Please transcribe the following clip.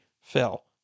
fell